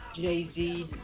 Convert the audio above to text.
jay-z